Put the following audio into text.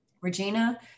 Regina